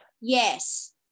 yes